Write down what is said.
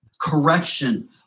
correction